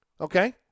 Okay